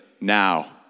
Now